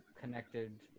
connected